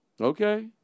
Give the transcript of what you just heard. Okay